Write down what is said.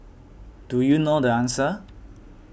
do you know the answer